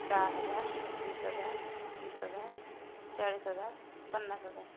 दहा हजार वीस हजार तीस हजार चाळीस हजार पन्नास हजार